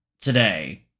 today